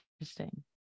interesting